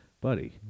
Buddy